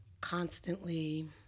constantly